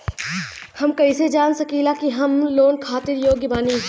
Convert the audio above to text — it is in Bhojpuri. हम कईसे जान सकिला कि हम लोन खातिर योग्य बानी?